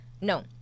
No